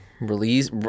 Release